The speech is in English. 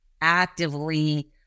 actively